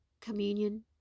communion